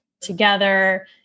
together